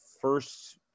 First